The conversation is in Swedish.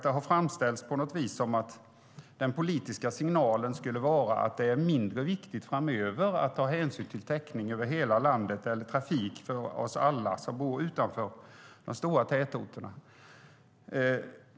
Det har framställts som att den politiska signalen skulle vara att det är mindre viktigt framöver att ta hänsyn till täckning över hela landet eller trafik för oss alla som bor utanför de stora tätorterna.